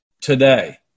today